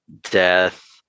death